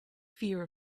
fear